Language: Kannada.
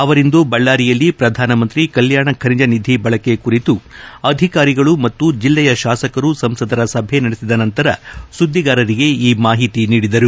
ಅವರಿಂದು ಬಳ್ನಾರಿಯಲ್ಲಿ ಪ್ರಧಾನಮಂತ್ರಿ ಕಲ್ನಾಣ ಖನಿಜ ನಿಧಿ ಬಳಕೆ ಕುರಿತು ಅಧಿಕಾರಿಗಳು ಮತ್ತು ಜಿಲ್ಲೆಯ ಶಾಸಕರು ಸಂಸದರ ಸಭೆ ನಡೆಸಿದ ನಂತರ ಸುದ್ದಿಗಾರರಿಗೆ ಈ ಮಾಹಿತಿ ನೀಡಿದರು